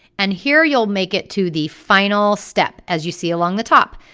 and here you'll make it to the final step as you see along the top.